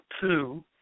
two